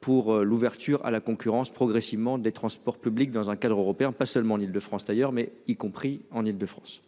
Pour l'ouverture à la concurrence progressivement des transports publics dans un cadre européen, pas seulement en Île-de-France France d'ailleurs, mais y compris en Île-de-France.